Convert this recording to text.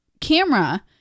camera